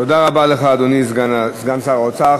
תודה רבה לך, אדוני סגן שר האוצר.